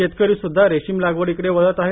शेतकरीस्ध्दा रेशीम लागवडीकडे वळत आहे